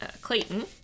Clayton